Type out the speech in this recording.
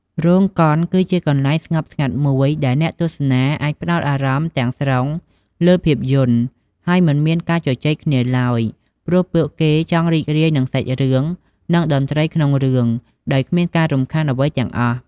រោងកុនគឺជាកន្លែងស្ងប់ស្ងាត់មួយ ដែលអ្នកទស្សនាអាចផ្ដោតអារម្មណ៍ទាំងស្រុងលើភាពយន្ត ហើយមិនមានការជជែកគ្នាឡើយ ព្រោះពួកគេចង់រីករាយនឹងសាច់រឿង និងតន្ត្រីក្នុងរឿងដោយគ្មានការរំខានអ្វីទាំងអស់។